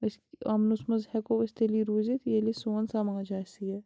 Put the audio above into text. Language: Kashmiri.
أسۍ اَمنَس منٛز ہیٚکو أسۍ تیٚلی روٗزِتھ ییٚلہِ سون سماج آسہِ سیف